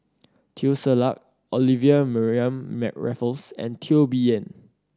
Teo Ser Luck Olivia Mariamne Raffles and Teo Bee Yen